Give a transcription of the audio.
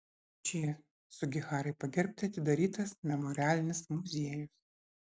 č sugiharai pagerbti atidarytas memorialinis muziejus